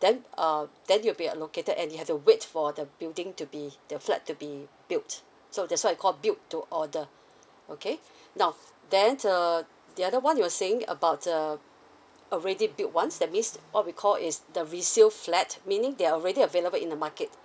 then err then you'll be allocated and you have to wait for the building to be the flat to be built so that's why it call build to order okay now then err the other one you were saying about err already build ones that means what we call is the resale flat meaning there are already available in the market